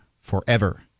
forever